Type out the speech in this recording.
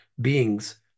beings